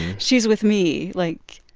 she's with me. like,